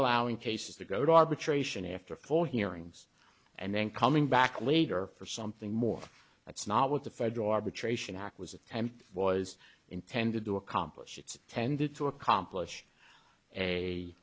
allowing cases that go to arbitration after four hearings and then coming back later for something more that's not what the federal arbitration act was it was intended to accomplish it's tended to accomplish a